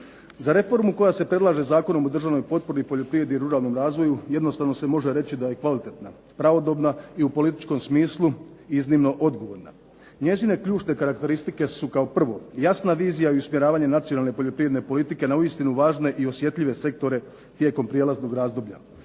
Za reformu koja se predlaže Zakonom o državnoj potpori poljoprivredi i ruralnom razvoju jednostavno se može reći da je kvalitetna, pravodobna i u političkom smislu iznimno odgovorna. Njezine ključne karakteristike su kao prvo jasna vizija i usmjeravanje nacionalne poljoprivredne politike na uistinu važne i osjetljive sektore tijekom prijelaznog razdoblja,